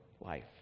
life